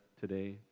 today